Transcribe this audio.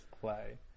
play